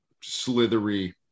slithery